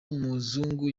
muzungu